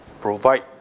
provide